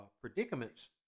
predicaments